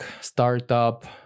startup